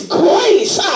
grace